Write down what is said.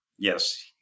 Yes